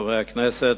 חברי הכנסת,